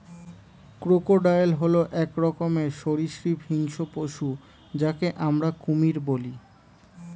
crocodile হল এক রকমের সরীসৃপ হিংস্র পশু যাকে আমরা কুমির বলি